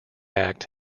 act